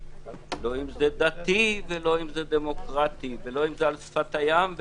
לא אם זה דתי ולא אם זה דמוקרטי ולא אם זה על שפת הים.